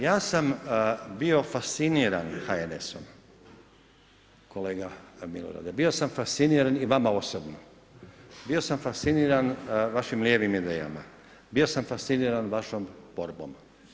Ja sam bio fasciniran HNS-om, kolega Milorade, Bio sam fasciniran i vama osobno, bio sam fasciniran vašim lijevim idejama, bio sam fasciniran vašom borbom.